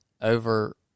over